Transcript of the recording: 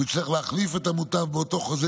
הוא צריך להחליף את המוטב באותו חוזה